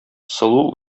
сылу